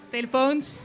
Telefoons